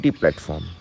platform